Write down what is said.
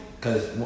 Cause